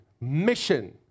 mission